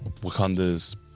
Wakanda's